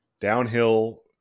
downhill